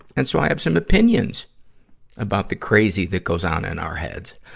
and so i have some opinions about the crazy that goes on in our heads.